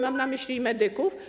Mam na myśli medyków.